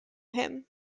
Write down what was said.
him